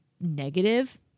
negative